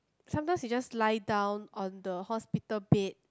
sometimes he just lie down on the hospital bed